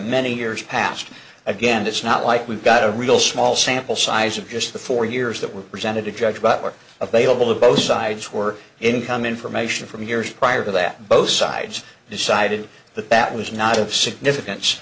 many years past and again it's not like we've got a real small sample size of just the four years that were presented to judge but were available to both sides were income information from years prior to that both sides decided that that was not of significance